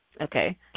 Okay